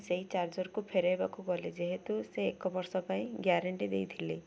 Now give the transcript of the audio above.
ସେଇ ଚାର୍ଜର୍କୁ ଫେରେଇବାକୁ ଗଲେ ଯେହେତୁ ସେ ଏକ ବର୍ଷ ପାଇଁ ଗ୍ୟାରେଣ୍ଟି ଦେଇଥିଲେ